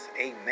Amen